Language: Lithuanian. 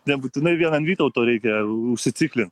nebūtinai vien an vytauto reikia užsiciklin